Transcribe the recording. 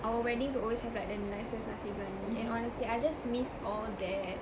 our weddings will always have like the nicest nasi biryani and honestly I just miss all that